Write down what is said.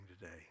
today